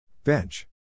Bench